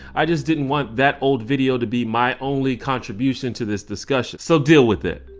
i just didn't want that old video to be my only contribution to this discussion. so deal with it.